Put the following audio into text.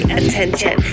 attention